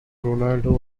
ronaldo